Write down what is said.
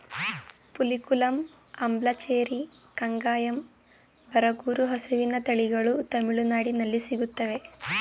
ಪುಲಿಕುಲಂ, ಅಂಬ್ಲಚೇರಿ, ಕಂಗಾಯಂ, ಬರಗೂರು ಹಸುವಿನ ತಳಿಗಳು ತಮಿಳುನಾಡಲ್ಲಿ ಸಿಗುತ್ತವೆ